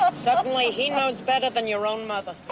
ah suddenly, he knows better than your own mother.